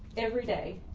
every day,